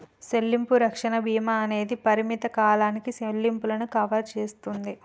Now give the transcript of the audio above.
సెల్లింపు రక్షణ భీమా అనేది పరిమిత కాలానికి సెల్లింపులను కవర్ సేస్తుంది